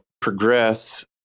progress